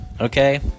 okay